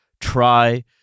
try